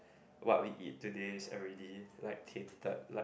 what we eat today is already like tainted like